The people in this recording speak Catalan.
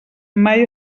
mai